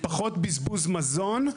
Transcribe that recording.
פחות בזבוז מזון,